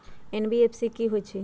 IMPS की होईछइ?